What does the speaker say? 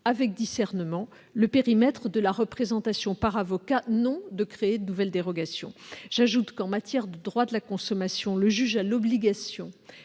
avec discernement le périmètre de la représentation par avocat, non de créer de nouvelles dérogations. J'ajoute que, en matière de droit de la consommation, le juge a l'obligation